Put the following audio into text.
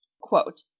Quote